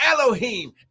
Elohim